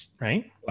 right